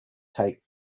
take